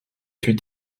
fut